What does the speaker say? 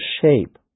shape